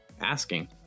asking